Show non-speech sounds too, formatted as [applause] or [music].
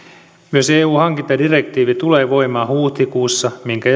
myös eun hankintadirektiivi tulee voimaan huhtikuussa minkä [unintelligible]